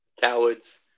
Cowards